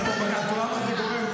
את רואה למה זה גורם?